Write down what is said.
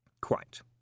Quite